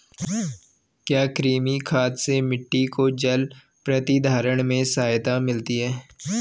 क्या कृमि खाद से मिट्टी को जल प्रतिधारण में सहायता मिलती है?